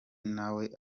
nawe